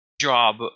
job